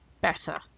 better